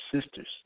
sisters